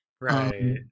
Right